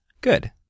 Good